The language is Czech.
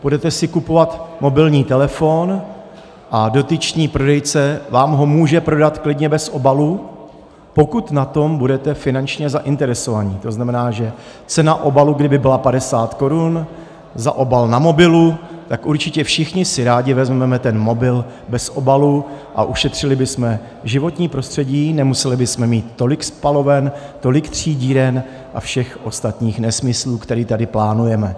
Budete si kupovat mobilní telefon a dotyčný prodejce vám ho může prodat klidně bez obalu, pokud na tom budete finančně zainteresováni, to znamená, že kdyby cena obalu byla 50 korun za obal na mobilu, tak určitě všichni si rádi vezmeme ten mobil bez obalu a ušetřili bychom životní prostředí, nemuseli bychom mít tolik spaloven, tolik třídíren a všech ostatních nesmyslů, které tady plánujeme.